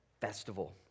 festival